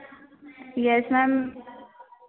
yes ma'am